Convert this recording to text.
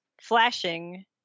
flashing